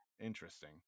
interesting